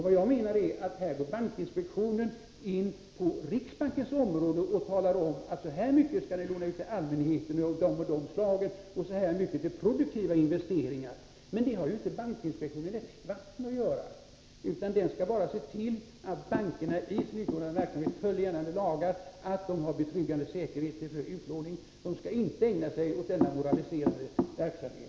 Vad jag menar är att bankinspektionen här går in på riksbankens område och talar om att så här mycket skall ni låna ut till allmänheten för det och det ändamålet och så här mycket till produktiva investeringar. Men det har inte bankinspektionen ett skvatt med att göra. Den skall bara se till att bankerna i sin verksamhet följer gällande lagar, att de har betryggande säkerhet för sin utlåning. Den skall inte ägna sig åt denna moraliserande verksamhet.